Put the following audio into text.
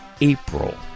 April